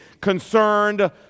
concerned